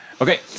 Okay